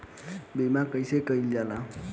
बीमा कइसे कइल जाला?